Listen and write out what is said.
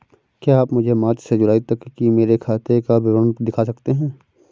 क्या आप मुझे मार्च से जूलाई तक की मेरे खाता का विवरण दिखा सकते हैं?